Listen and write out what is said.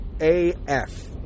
AF